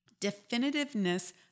Definitiveness